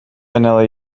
vanilla